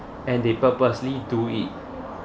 and they purposely do it